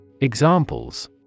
Examples